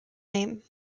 name